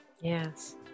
Yes